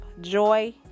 joy